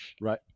Right